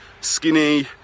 skinny